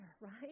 right